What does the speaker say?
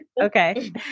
Okay